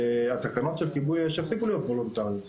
שהתקנות של כיבוי אש יפסיקו להיות וולונטריות.